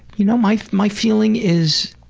you know, my my feeling is,